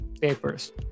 papers